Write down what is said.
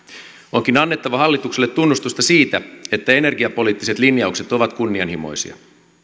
onkin annettava hallitukselle tunnustusta siitä että energiapoliittiset linjaukset ovat kunnianhimoisia